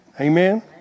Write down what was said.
Amen